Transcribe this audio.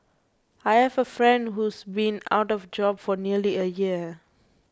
I have a friend who's been out of job for nearly a year